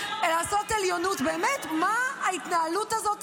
לעשות עליונות, באמת, מה ההתנהלות הזאת?